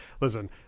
Listen